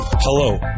Hello